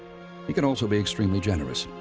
he could also be extremely generous.